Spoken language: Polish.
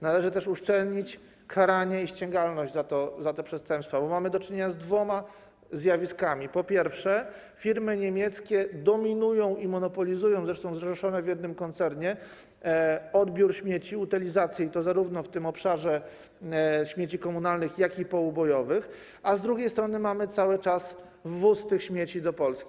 Należy też uszczelnić karanie i ściągalność za te przestępstwa, bo mamy do czynienia z dwoma zjawiskami: po pierwsze, firmy niemieckie dominują i monopolizują, zresztą zrzeszone w jednym koncernie, odbiór śmieci, utylizację, i to w tym obszarze zarówno śmieci komunalnych, jak i poubojowych, a z drugiej strony mamy cały czas wwóz tych śmieci do Polski.